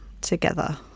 together